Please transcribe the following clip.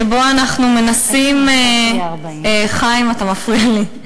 שבו אנחנו מנסים, חיים, אתה מפריע לי.